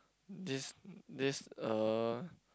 this this uh